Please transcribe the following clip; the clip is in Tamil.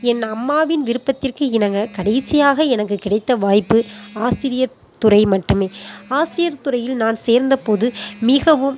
என் அம்மாவின் விருப்பத்திற்கு இணங்க கடைசியாக எனக்கு கிடைத்த வாய்ப்பு ஆசிரியர் துறை மட்டுமே ஆசிரியர் துறையில் நான் சேர்ந்த போது மிகவும்